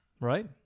Right